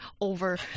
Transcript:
over